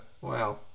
wow